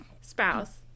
spouse